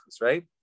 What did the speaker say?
right